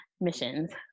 missions